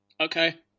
Okay